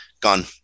gone